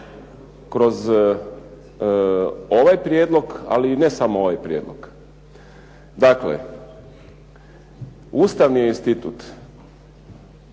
kroz ovaj prijedlog, ali i ne samo ovaj prijedlog. Dakle, ustavni je institut,